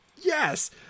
Yes